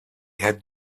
had